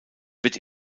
wird